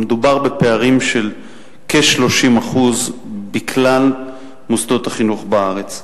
מדובר בפערים של כ-30% בכלל מוסדות החינוך בארץ.